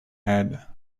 head